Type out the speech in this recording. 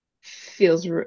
feels